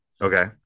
Okay